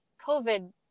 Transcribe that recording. covid